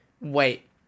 wait